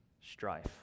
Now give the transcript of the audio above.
strife